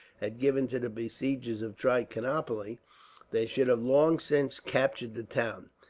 had given to the besiegers of trichinopoli, they should have long since captured the town.